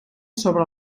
sobre